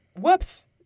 whoops